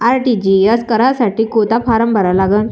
RTGS करासाठी कोंता form भरा लागन?